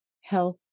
health